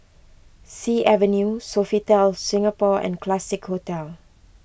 Sea Avenue Sofitel Singapore and Classique Hotel